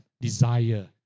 desire